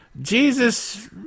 jesus